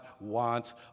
wants